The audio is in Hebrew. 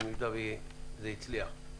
במידה וזה הצליח.